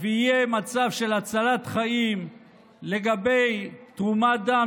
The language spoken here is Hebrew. ויהיה מצב של הצלת חיים לגבי תרומת דם